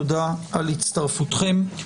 תודה על הצטרפותכם.